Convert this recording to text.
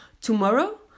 Tomorrow